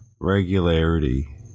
regularity